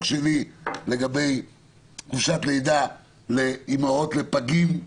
שלי לגבי חופשת לידה לאימהות לפגים.